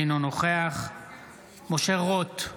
אינו נוכח משה רוט,